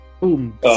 Boom